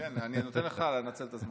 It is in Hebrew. אני נותן לך לנצל את הזמן.